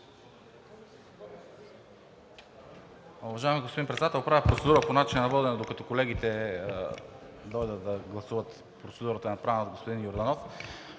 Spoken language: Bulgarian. Уважаеми господин Председател! Правя процедура по начина на водене, докато колегите дойдат да гласуват процедурата, направена от господин Йорданов.